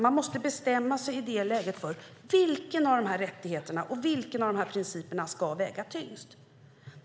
Man måste bestämma sig för vilken av dessa rättigheter och vilken av dessa principer som ska väga tyngst.